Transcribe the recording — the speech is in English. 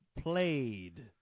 Played